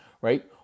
right